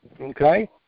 okay